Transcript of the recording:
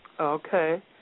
Okay